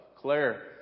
Claire